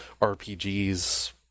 rpgs